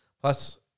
Plus